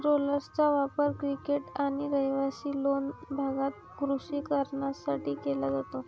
रोलर्सचा वापर क्रिकेट आणि रहिवासी लॉन भागात कृषी कारणांसाठी केला जातो